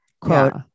Quote